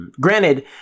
Granted